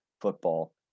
football